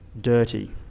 dirty